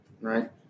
right